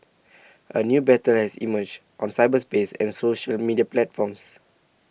a new battle has emerged on cyberspace and social media platforms